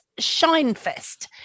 Shinefest